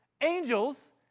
angels